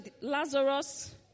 Lazarus